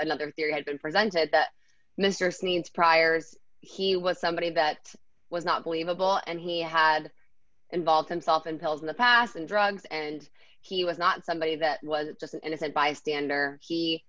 another theory had been presented to mister sneed priors he was somebody that was not believable and he had involved himself in pills in the past and drugs and he was not somebody that was just an innocent bystander he